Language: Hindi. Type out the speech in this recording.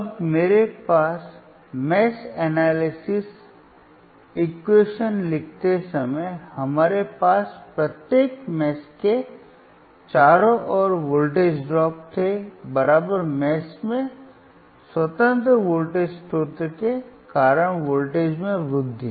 अब मेश एनालिसिस इक्वेशन लिखते समय हमारे पास प्रत्येक मेष के चारों ओर वोल्टेज ड्रॉप्स थे मेष में स्वतंत्र वोल्टेज स्रोत के कारण वोल्टेज में वृद्धि